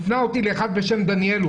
הוא הפנה אותי למישהו בשם דניאל.